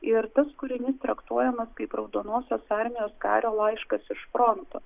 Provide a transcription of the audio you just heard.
ir tas kūrinys traktuojamas kaip raudonosios armijos kario laiškas iš fronto